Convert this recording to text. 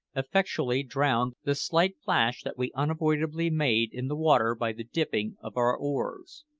effectually drowned the slight plash that we unavoidably made in the water by the dipping of our oars.